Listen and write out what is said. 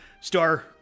Star